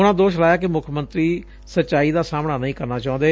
ਉਨ੍ਹਾਂ ਦੋਸ਼ ਲਾਇਆ ਕਿ ਮੁੱਖ ਮੰਤਰੀ ਸਚਾਈ ਦਾ ਸਾਹਮਣਾ ਨਹੀ ਕਰਨਾ ਚਾਹੁੰਦੇ